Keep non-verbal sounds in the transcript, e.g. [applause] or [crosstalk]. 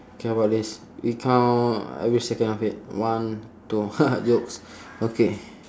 K how about this we count every second of it one two [laughs] jokes okay